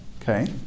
okay